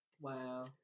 Wow